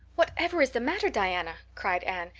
whatever is the matter, diana? cried anne.